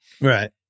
Right